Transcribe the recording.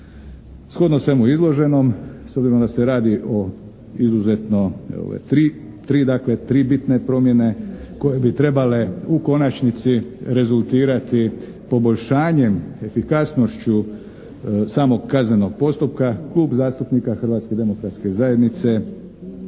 Shodno svemu izloženom s obzirom da se radi o izuzetno ove 3, 3 dakle, 3 bitne promjene koje bi trebale u konačnici rezultirati poboljšanjem efikasnošću samog kaznenog postupka Klub zastupnika Hrvatske demokratske zajednice